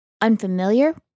unfamiliar